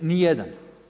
Ni jedan.